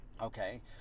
Okay